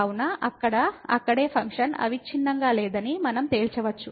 కావున అక్కడే ఫంక్షన్ అవిచ్ఛిన్నంగా లేదని మనం తేల్చవచ్చు